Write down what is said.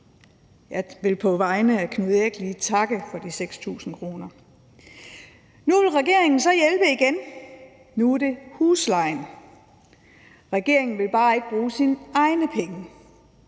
Jeg vil på vegne af Knud Erik Langhoff lige takke for de 6.000 kr. Nu vil regeringen så hjælpe igen. Nu er det huslejen. Regeringen vil bare ikke bruge sine egne penge.